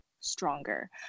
stronger